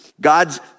God's